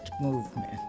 Movement